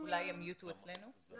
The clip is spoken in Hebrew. יש גם את